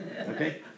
Okay